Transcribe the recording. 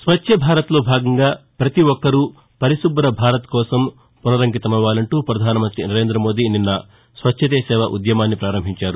స్వచ్చభారత్లో భాగంగా పతిఒక్కరూ పరిశుభ్ర భారత్ కోసం పునరంకితమవ్వాలంటూ పధానిమంత్రి నరేందమోదీ నిన్న స్వచ్చతే సేవ ఉద్యమాన్ని పారంభించారు